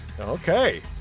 Okay